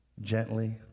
gently